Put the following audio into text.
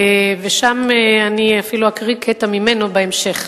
ואני אפילו אקריא קטע ממנו בהמשך.